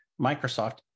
Microsoft